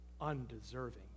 undeserving